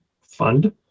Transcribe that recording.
fund